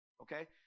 Okay